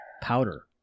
Powder